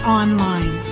online